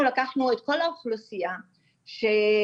אנחנו לקחנו את כל האוכלוסייה שלנו,